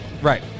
Right